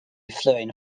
flowing